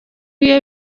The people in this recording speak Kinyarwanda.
iyo